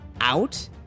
out